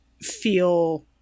feel